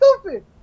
stupid